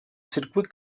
circuit